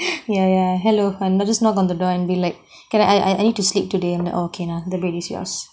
ya ya hello I'll just knock on the door and be like can I I need to sleep today and okay na the bed is yours